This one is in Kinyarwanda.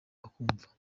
bakumva